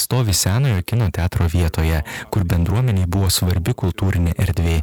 stovi senojo kino teatro vietoje kur bendruomenei buvo svarbi kultūrinė erdvė